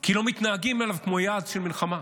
כי לא מתנהגים אליו כמו יעד של מלחמה.